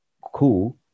Cool